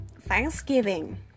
Thanksgiving